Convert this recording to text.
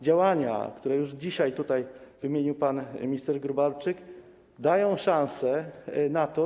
Działania, które już dzisiaj tu wymienił pan minister Gróbarczyk, dają szansę na to.